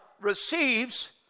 receives